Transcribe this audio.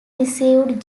received